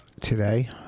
today